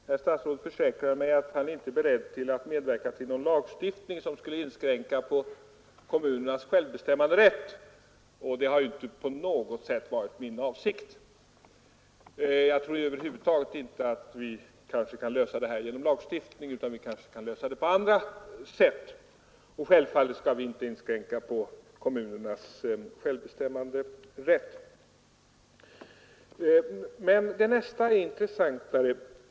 Herr talman! Herr statsrådet försäkrar mig att han inte är beredd att medverka till någon lagstiftning som skulle inskränka kommunernas självbestämmanderätt. Det har ju inte på något sätt varit min avsikt. Jag tror över huvud taget inte att vi skall lösa detta genom en lagstiftning utan på andra sätt. Självfallet skall vi inte inskränka kommunernas självbestämmanderätt. Nästa punkt är intressantare.